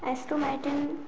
aston martin